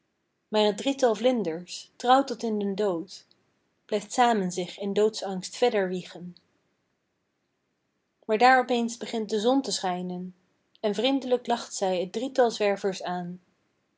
maar t drietal vlinders trouw tot in den dood blijft samen zich in doodsangst verder wiegen maar daar opeens begint de zon te schijnen en vriendelijk lacht zij t drietal zwervers aan